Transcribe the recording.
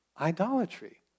idolatry